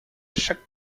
chaque